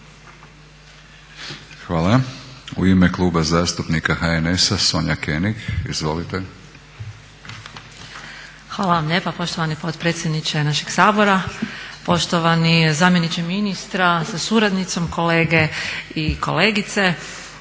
Hvala. U ime Kluba zastupnika HNS-a Sonja König, izvolite. **König, Sonja (HNS)** Hvala vam lijepa poštovani potpredsjedniče našeg Sabora, poštovani zamjeniče ministra sa suradnicom, kolege i kolegice.